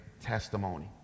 testimony